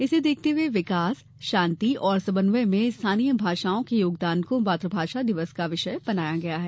इसे देखते हुए विकास शांति और समन्वय में स्थानीय भाषाओं के योगदान को मातुभाषा दिवस का विषय बनाया गया है